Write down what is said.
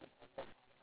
ya lor